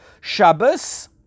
Shabbos